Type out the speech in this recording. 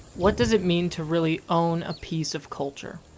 what does it mean to really own a piece of culture?